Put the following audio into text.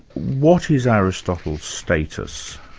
what is aristotle's status?